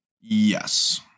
yes